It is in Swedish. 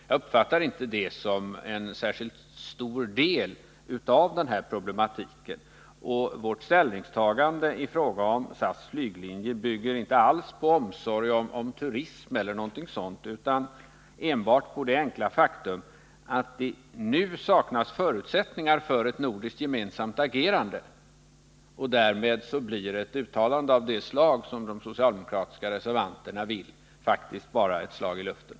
Jag uppfattar inte det som en särskilt stor del av denna problematik. Utskottets ställningstagande i frågan om SAS flyglinje bygger inte alls på omsorg om turism eller något sådant utan enbart på det enkla faktum att det nu saknas förutsättningar för ett gemensamt nordiskt agerande. Därmed blir ett uttalande av det slag som de socialdemokratiska reservanterna vill ha faktiskt bara ett slag i luften.